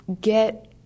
get